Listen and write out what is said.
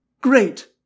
Great